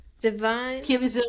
Divine